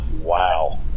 Wow